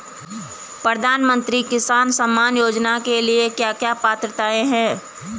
प्रधानमंत्री किसान सम्मान योजना के लिए क्या क्या पात्रताऐं हैं?